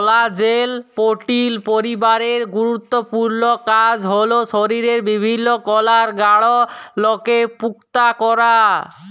কলাজেল protein পরিবারের গুরুত্তপুর্ল কাজ হ্যল শরীরের বিভিল্ল্য কলার গঢ়লকে পুক্তা ক্যরা